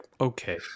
okay